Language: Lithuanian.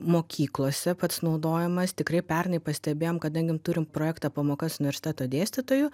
mokyklose pats naudojimas tikrai pernai pastebėjom kadangi turim projektą pamoka su universiteto dėstytoju